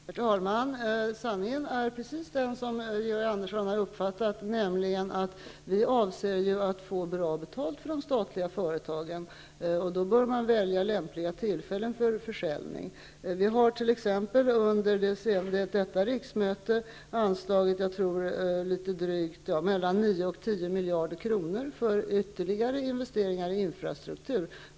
Herr talman! Sanningen är precis den som Georg Andersson har uppfattat, nämligen att vi avser att få bra betalt för de statliga företagen, och då bör man välja lämpliga tillfällen för försäljning. Vi har t.ex. under detta riksmöte anslagit litet drygt 9--10 miljarder kronor för ytterligare investeringar i infrastruktur.